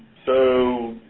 so